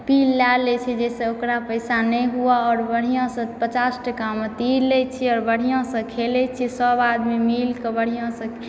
पील लए लै छै जाहिसॅं ओकरा पैसा नहि हुअ आओर बढ़िऑं सॅं पचास टका मे तीर लै छियै आओर बढ़ियाँ सॅं खेलै छियै सब आदमी मिल के बढ़ियाँ सॅं